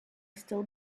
still